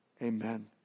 Amen